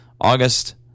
August